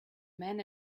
men